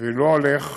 ולא הולך,